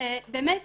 שבאמת